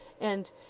and